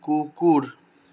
কুকুৰ